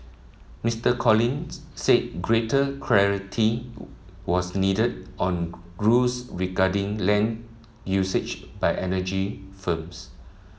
Mister Collins said greater clarity was needed on rules regarding land usage by energy firms